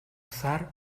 усаар